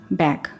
back